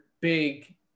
big